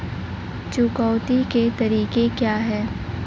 चुकौती के तरीके क्या हैं?